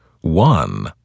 One